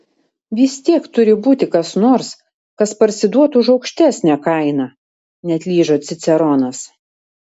vis tiek turi būti kas nors kas parsiduotų už aukštesnę kainą neatlyžo ciceronas